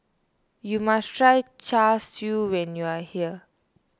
you must try Char Siu when you are here